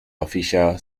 official